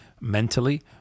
mentally